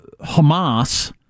Hamas